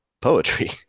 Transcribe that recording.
poetry